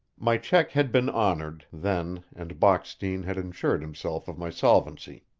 my check had been honored, then, and bockstein had assured himself of my solvency.